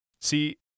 See